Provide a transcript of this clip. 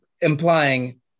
Implying